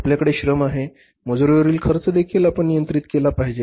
आपल्याकडे श्रम आहे आणि मजुरीवरील खर्च देखील आपण नियंत्रित केला पाहिजे